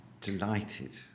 Delighted